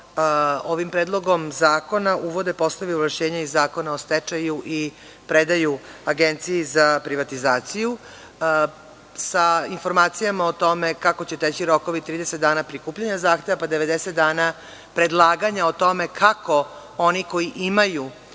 ovim predlogom zakona uvode poslovi ovlašćenja iz Zakona o stečaju i predaju Agenciji za privatizaciju. Sa informacijama o tome kako će teći rokovi od 30 dana od prikupljanja zahteva, pa 90 dana predlaganja o tome kako oni koji imaju